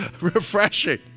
refreshing